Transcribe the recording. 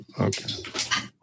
Okay